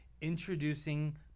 introducing